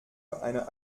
einer